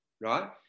Right